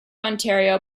ontario